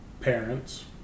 parents